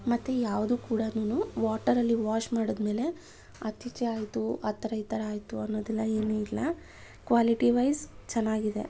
ಮತ್ತೆ ಯಾವುದೂ ಕೂಡನೂ ವಾಟರಲ್ಲಿ ವಾಷ್ ಮಾಡಿದಮೇಲೆ ಆಚೀಚೆ ಆಯಿತು ಆ ಥರ ಈ ಥರ ಆಯಿತು ಅನ್ನೋದೆಲ್ಲ ಏನೂ ಇಲ್ಲ ಕ್ವಾಲಿಟಿವೈಸ್ ಚೆನ್ನಾಗಿದೆ